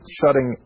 shutting